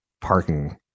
parking